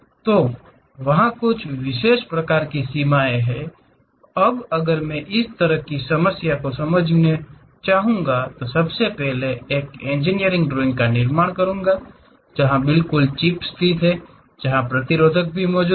तो व्हा कुछ विशेष प्रकार की सीमाएँ हैं अब अगर मैं इस तरह की समस्या को समझना चाहूंगा कि मुझे क्या करना है सबसे पहले एक इंजीनियरिंग ड्राइंग का निर्माण करें जहां बिल्कुल चिप स्थित है जहां प्रतिरोधक भी मौजूद है